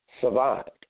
survived